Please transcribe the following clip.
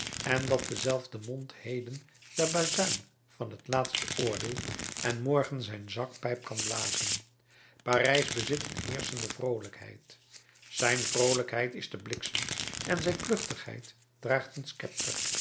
en dat dezelfde mond heden de bazuin van het laatste oordeel en morgen een zakpijp kan blazen parijs bezit een heerschende vroolijkheid zijn vroolijkheid is de bliksem en zijn kluchtigheid draagt een